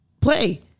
play